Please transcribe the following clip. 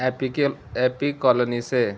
اے P کے ایپی colony سے